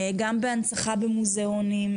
גם בהנצחה במוזיאונים,